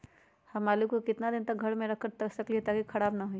हम आलु को कितना दिन तक घर मे रख सकली ह ताकि खराब न होई?